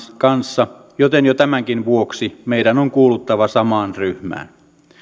kanssa joten jo tämänkin vuoksi meidän on kuuluttava samaan ryhmään